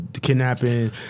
kidnapping